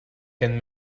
can